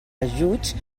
ajuts